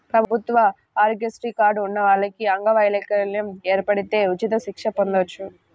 ప్రభుత్వ ఆరోగ్యశ్రీ కార్డు ఉన్న వాళ్లకి అంగవైకల్యం ఏర్పడితే ఉచిత చికిత్స పొందొచ్చు